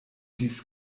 dies